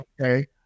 okay